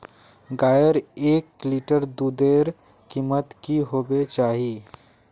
गायेर एक लीटर दूधेर कीमत की होबे चही?